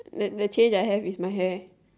the the change I have is my hair